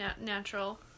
natural